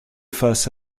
face